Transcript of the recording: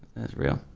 that's real.